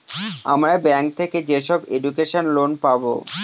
আমরা ব্যাঙ্ক থেকে যেসব এডুকেশন লোন পাবো